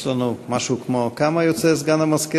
יש לנו משהו כמו, כמה יוצא, סגן המזכירה?